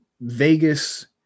Vegas